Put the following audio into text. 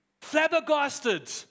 flabbergasted